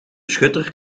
schutter